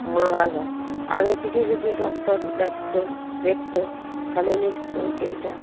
মারা যায় আগে থেকে যদি ডক্টর দেখতো তাহলে নিশ্চয়ই এইটা